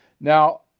Now